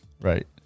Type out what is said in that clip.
right